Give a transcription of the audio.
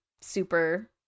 super